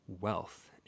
wealth